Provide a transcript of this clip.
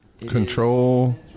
Control